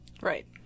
right